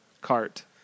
cart